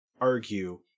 argue